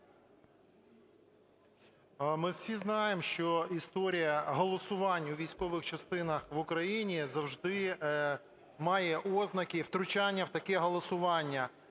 Ми всі знаємо, що історія голосувань у військових частинах в Україні завжди має ознаки втручання в такі голосування.